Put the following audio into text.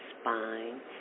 spine